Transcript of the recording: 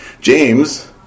James